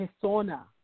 persona